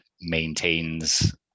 maintains